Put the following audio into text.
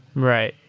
right.